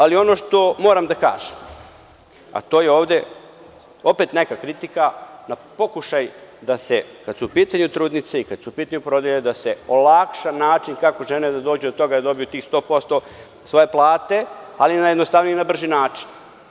Ali, ono što moram da kažem, to je opet neka kritika na pokušaj kad su u pitanju trudnice i kada su u pitanju porodilje, da se olakša način kako žene da dođu do toga da dobiju tih 100% svoje plate ali na jednostavniji i na brži način.